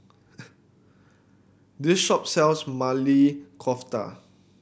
this shop sells Maili Kofta